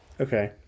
Okay